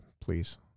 please